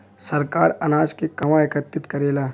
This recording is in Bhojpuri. सरकार अनाज के कहवा एकत्रित करेला?